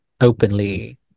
openly